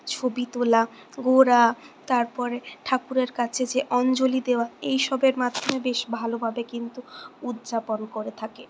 ছবি তোলা ঘোরা তারপরে ঠাকুরের কাছে যে অঞ্জলি দেওয়া এই সবের মাধ্যমে বেশ ভালোভাবে কিন্তু উদযাপন করে থাকে